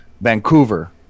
Vancouver